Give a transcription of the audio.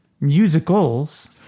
musicals